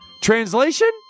Translation